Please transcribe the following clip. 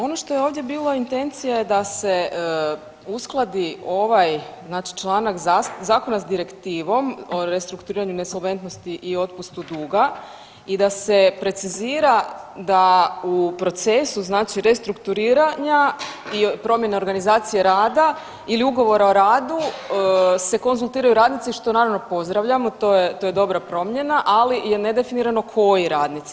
Ono što je ovdje bilo intencija da se uskladi ovaj znači članak zakona s direktivom o restrukturiranju nesolventnosti i otpustu duga i da se precizira da u procesu znači restrukturiranja i promjene organizacije rada ili ugovora o radu se konzultiraju radnici što naravno pozdravljamo, to je, to je dobra promjena, ali je nedefinirano koji radnici.